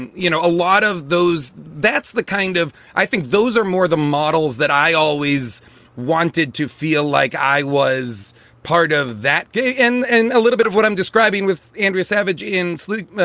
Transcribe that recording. and you know, a lot of those. that's the kind of i think those are more the models that i always wanted to feel like i was part of that. and and a little bit of what i'm describing with andrew savage in sleep,